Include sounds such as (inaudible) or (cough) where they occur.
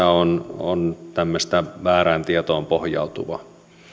(unintelligible) on on tämmöistä väärään tietoon pohjautuvaa